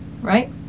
right